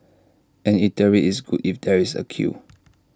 an eatery is good if there is A queue